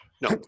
No